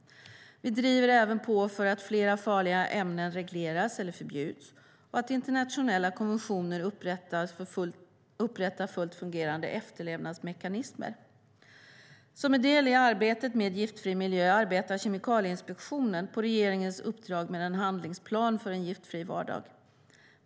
Vi driver även på för att flera farliga ämnen regleras eller förbjuds och att internationella konventioner upprättar fullt fungerande efterlevnadsmekanismer. Som en del i arbetet med en giftfri miljö arbetar Kemikalieinspektionen på regeringens uppdrag med en handlingsplan för en giftfri vardag.